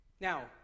Now